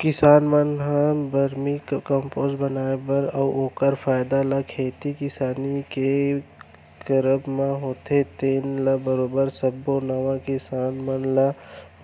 किसान मन ह वरमी कम्पोस्ट बनाए बर अउ ओखर फायदा ल खेती किसानी के करब म होथे तेन ल बरोबर सब्बो नवा किसान मन ल